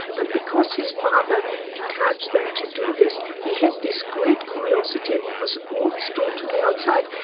but because his father encouraged them to do this, he had this great curiosity and he was always drawn to the outside.